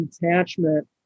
detachment